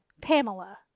pamela